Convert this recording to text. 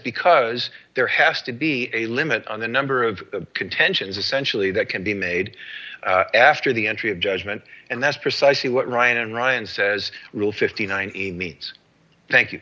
because there has to be a limit on the number of contentions essentially that can be made after the entry of judgment and that's precisely what ryan and ryan says rule fifty nine means thank you